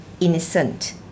innocent